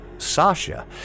Sasha